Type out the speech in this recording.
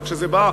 אבל כשזה בא,